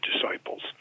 Disciples